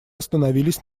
остановились